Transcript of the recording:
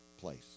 place